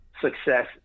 success